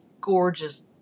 gorgeous